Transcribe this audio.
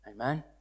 Amen